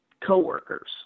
coworkers